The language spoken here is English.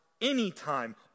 Anytime